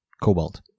Cobalt